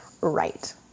right